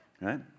Right